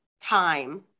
time